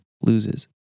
loses